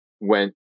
went